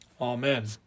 Amen